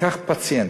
תיקח פציינט.